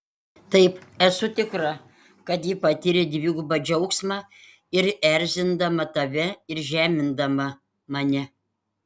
taip esu tikra kad ji patyrė dvigubą džiaugsmą ir erzindama tave ir žemindama mane